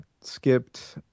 skipped